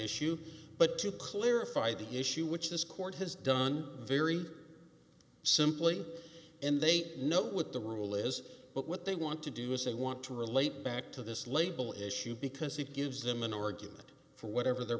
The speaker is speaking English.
issue but to clarify the issue which this court has done very simply and they know what the rule is but what they want to do is they want to relate back to this label issue because it gives them an origin that for whatever their